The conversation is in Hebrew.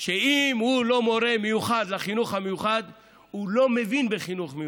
שאם הוא לא מורה מיוחד לחינוך המיוחד הוא לא מבין בחינוך מיוחד.